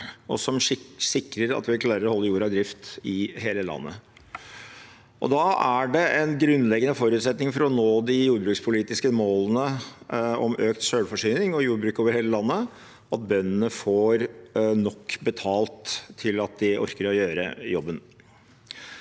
og som sikrer at vi klarer å holde jorda i drift i hele landet. Da er det en grunnleggende forutsetning for å nå de jordbrukspolitiske målene om økt selvforsyning og jordbruk over hele landet at bøndene får nok betalt til at de orker å gjøre jobben.